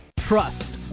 Trust